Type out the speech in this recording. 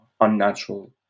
unnatural